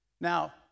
Now